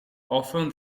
often